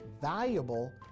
valuable